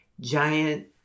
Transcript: giant